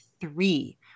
three